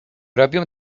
robią